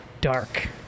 dark